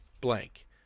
blank